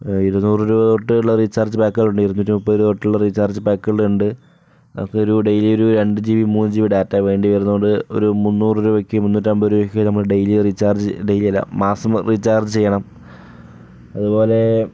ഇരുനൂറു രൂപ തൊട്ട് റീചാർജ് പാക്കുകൾ ഉണ്ട് ഇരുനൂറ്റി മുപ്പതു രൂപ തൊട്ട് റീചാർജ് പാക്കുകൾ ഉണ്ട് അപ്പൊ ഒരു രണ്ടു ജിബി മൂന്ന് ജിബി ഡാറ്റ വേണ്ടി വരുന്നത് കൊണ്ട് ഒരു മുന്നൂറു രൂപയ്ക്ക് മുന്നൂറ്റി അമ്പതു രൂപയ്ക്കു നമ്മൾ ഡെയിലി റീചാർജ് ഡെയിലി അല്ല മാസം റീചാർജ് ചെയ്യണം അത്പോലെ